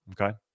Okay